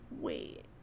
Wait